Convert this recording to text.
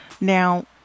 Now